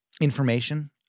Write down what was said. information